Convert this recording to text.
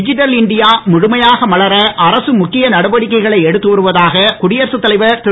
digital India முழுமையாக மலர அரசு முக்கிய நடவடிக்கைகளை எடுத்து வருவதாக குடியரசுத் தலைவர் திரு